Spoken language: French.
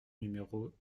numéro